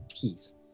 peace